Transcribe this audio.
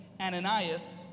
Ananias